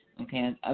okay